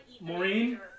Maureen